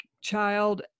child